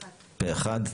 הצבעה אושר פה אחד.